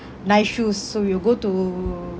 nice shoes so we'll go to